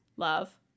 love